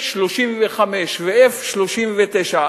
35-F ו-39-F,